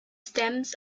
stems